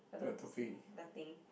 I don't want to say nothing